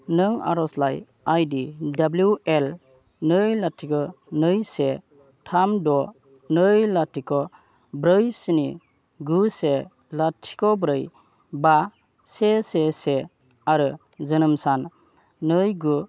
नों आर'जलाइ ID W L नै लाथिख' नै से थाम द' नै लाथिख' ब्रै स्नि गु से लाथिख' ब्रै बा से से आरो जोनोम सान नै गु